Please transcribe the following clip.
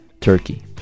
Turkey